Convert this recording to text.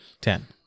Ten